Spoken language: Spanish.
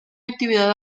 actividad